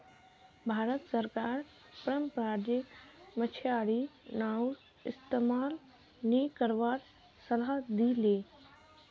भारत सरकार पारम्परिक मछियारी नाउर इस्तमाल नी करवार सलाह दी ले